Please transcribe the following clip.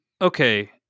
okay